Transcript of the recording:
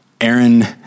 Aaron